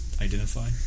identify